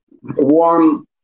warm